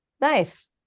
Nice